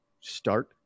start